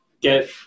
get